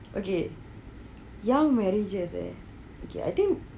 okay young marriages eh okay I think